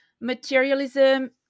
materialism